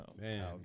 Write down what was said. man